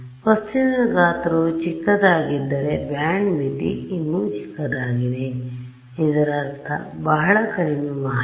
ವಸ್ತುವಿನ ಗಾತ್ರವು ಚಿಕ್ಕದಾಗಿದ್ದರೆ ಬ್ಯಾಂಡ್ ಮಿತಿ ಇನ್ನೂ ಚಿಕ್ಕದಾಗಿದೆ ಇದರರ್ಥ ಬಹಳ ಕಡಿಮೆ ಮಾಹಿತಿ